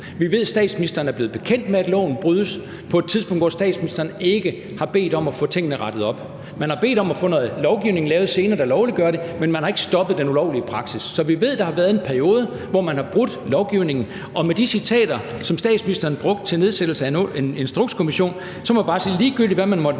Vi ved, statsministeren er blevet bekendt med, at loven brydes på et tidspunkt, og at statsministeren ikke har bedt om at få tingene rettet op. Man har bedt om at få noget lovgivning lavet senere, der lovliggør det, men man har ikke stoppet den ulovlige praksis. Så vi ved, der har været en periode, hvor man har brudt lovgivningen, og med de citater, som statsministeren brugte til nedsættelse af en instrukskommission, må jeg bare sige, at ligegyldigt hvad man måtte